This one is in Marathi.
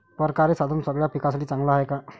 परकारं हे साधन सगळ्या पिकासाठी चांगलं हाये का?